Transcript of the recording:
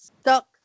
stuck